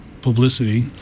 publicity